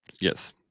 Yes